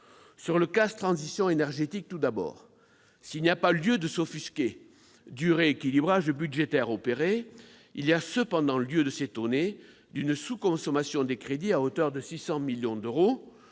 spéciale « Transition énergétique », s'il n'y a pas lieu de s'offusquer du rééquilibrage budgétaire opéré, il convient cependant de s'étonner d'une sous-consommation des crédits à hauteur de 600 millions d'euros,